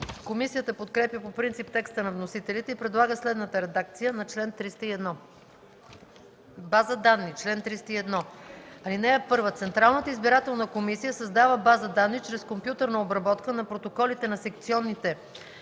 Комисията подкрепя по принцип текста на вносителите и предлага следната редакция на чл. 301: „База данни Чл. 301. (1) Централната избирателна комисия създава база данни чрез компютърна обработка на протоколите на секционните